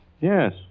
Yes